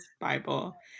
bible